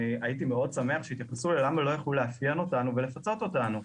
הייתי שמח מאוד שיתייחסו: למה לא יכלו לאפיין אותנו ולפצות אותנו?